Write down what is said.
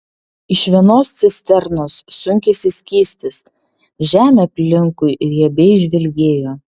iš vienos cisternos sunkėsi skystis žemė aplinkui riebiai žvilgėjo